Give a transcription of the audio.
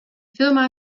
firma